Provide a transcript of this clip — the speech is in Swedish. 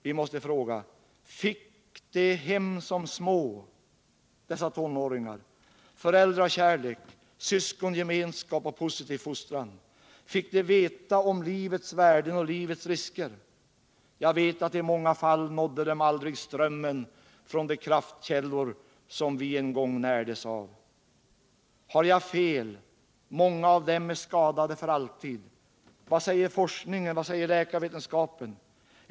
Vi måste fråga: Fick de några hem som små, dessa tonåringar, någon föräldrakärlek, syskongemenskap och positiv fostran? Fick de veta om livets värden och livets risker? Jag vet att i många fall nådde dem aldrig strömmen från de kraftkällor som vi en gång närdes av. Har jag fel? Många av dem är skadade för alltid! Vad säger forskningen, vad säger läkarvetenskapen?